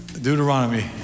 Deuteronomy